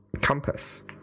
compass